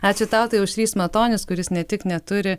ačiū tau tai aušrys matonis kuris ne tik neturi